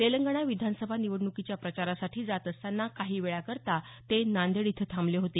तेलंगणा विधानसभा निवडण्कीच्या प्रचारासाठी जात असतांना काही वेळाकरता ते नांदेड इथं थांबले होते